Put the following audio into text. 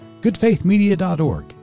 goodfaithmedia.org